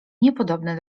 niepodobne